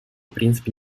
принципе